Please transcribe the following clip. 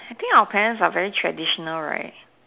I think our parents are very traditional right